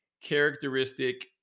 characteristic